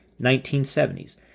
1970s